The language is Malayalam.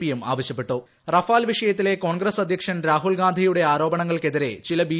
പിയും ആവശ്യപ്പെട്ട് റഫാൽ വിഷയത്തിലെ കോൺഗ്രസ് അധ്യക്ഷൻ രാഹുൽ ഗാന്ധിയുടെ ആരോപണ്ടുങ്ങൾക്കെതിരെ ചില ബി